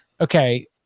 okay